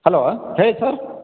hello ಹೇಳಿ sir